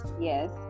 yes